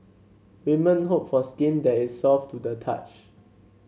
women hope for skin that is soft to the touch